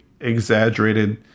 exaggerated